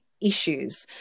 issues